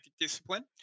Discipline